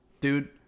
dude